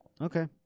okay